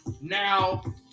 Now